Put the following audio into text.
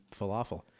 falafel